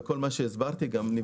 גם נבדוק את האפקטיביות.